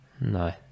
No